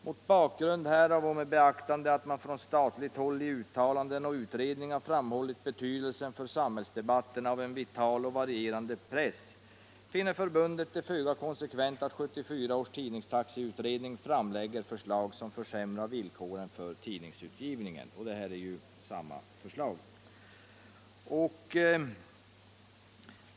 Mot bakgrund härav och med beaktande av att man från statligt håll i uttalanden och utredningar framhållit betydelsen för samhällsdebatten av en vital och varierande press, finner förbundet det föga konsekvent att 1974 års tidningstaxeutredning framlägger förslag som försämrar villkoren för tidningsutgivningen.” Och detta är ju samma förslag.